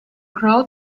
crow